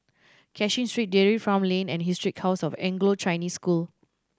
Cashin Street Dairy Farm Lane and Historic House of Anglo Chinese School